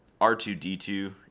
R2-D2